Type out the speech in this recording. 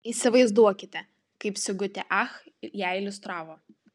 įsivaizduokite kaip sigutė ach ją iliustravo